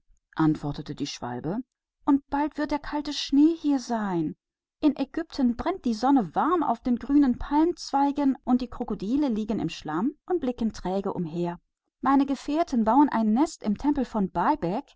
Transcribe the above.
sagte der schwälberich und der kalte schnee wird bald dasein in ägypten scheint die sonne warm auf die grünen palmen und die krokodile liegen im schlamm und schauen faul vor sich hin meine gefährten bauen ihr nest im tempel von